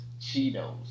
Cheetos